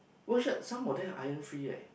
wash shirt some of them iron free eh